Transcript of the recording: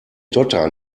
dotter